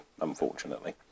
unfortunately